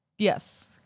Yes